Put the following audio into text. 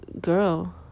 girl